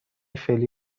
فعلی